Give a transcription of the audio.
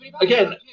again